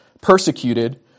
persecuted